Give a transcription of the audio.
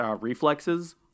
reflexes